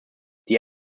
die